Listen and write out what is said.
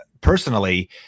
personally